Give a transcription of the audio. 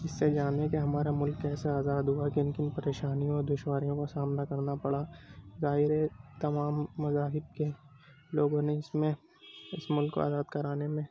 اس سے جانیں کہ ہمارا ملک کیسے آزاد ہوا کن کن پریشانیوں اور دشواریوں کا سامنا کرنا پڑا ظاہر ہے تمام مذاہب کے لوگوں نے اس میں اس ملک کو آزاد کرانے میں